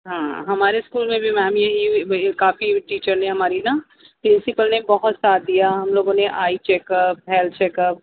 ہاں ہمارے اسکول میں بھی میم یہی کافی ٹیچر نے ہماری نا پرنسپل نے بہت ساتھ دیا ہم لوگوں نے eye check up health check اپ